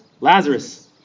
Lazarus